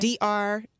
Dr